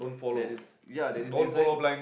that is ya that is design